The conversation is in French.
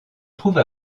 trouve